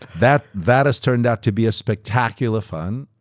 that that has turned out to be a spectacular fun,